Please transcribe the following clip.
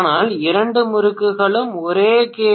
ஆனால் இரண்டு முறுக்குகளும் ஒரே கே